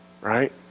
right